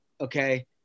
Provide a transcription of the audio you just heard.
Okay